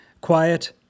quiet